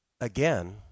again